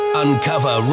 uncover